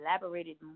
elaborated